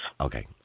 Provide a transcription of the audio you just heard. Okay